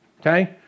Okay